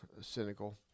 cynical